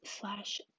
slash